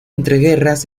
entreguerras